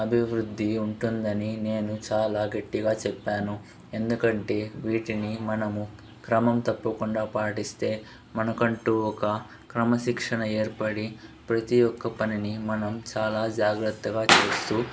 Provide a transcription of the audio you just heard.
అభివృద్ధి ఉంటుందని నేను చాలా గట్టిగా చెప్పాను ఎందుకంటే వీటిని మనము క్రమం తప్పకుండా పాటిస్తే మనకంటూ ఒక క్రమశిక్షణ ఏర్పడి ప్రతి ఒక్క పనిని మనం చాలా జాగ్రత్తగా చేస్తూ